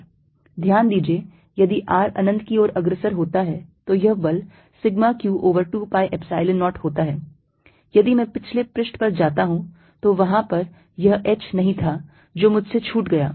Fvertical2πσqh4π0hh2R2ydyy3σqh201h 1h2R2 ध्यान दीजिए यदि R अनन्त की ओर अग्रसर होता है तो यह बल sigma q over 2 pi Epsilon 0 होता है यदि मैं पिछले पृष्ठ पर जाता हूं तो वहां पर यह h नहीं था जो मुझसे छूट गया